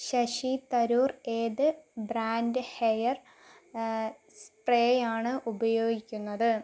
ശശി തരൂർ ഏത് brand hair സ്പ്രേയാണ് ഉപയോഗിക്കുന്നത്